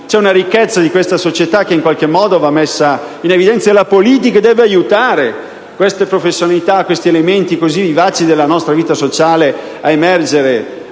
C'è una ricchezza della società che va messa in evidenza, e la politica deve aiutare queste professionalità e gli elementi vivaci della nostra vita sociale ad emergere,